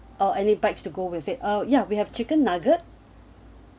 or any bites to go with it oh ya we have chicken nugget